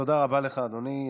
תודה רבה לך, אדוני.